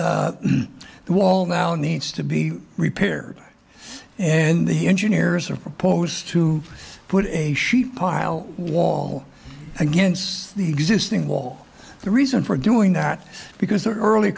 but the wall now needs to be repaired and the engineers are proposed to put a sheet pile wall against the existing wall the reason for doing that because their early